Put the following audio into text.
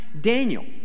Daniel